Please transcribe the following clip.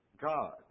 God